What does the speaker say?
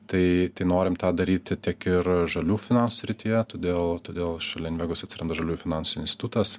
tai norim tą daryti tiek ir žalių finansų srityje todėl todėl šalia invegos atsiranda žaliųjų finansų institutas